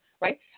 right